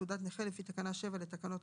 תעודת נכה לפי תקנה 7 לתקנות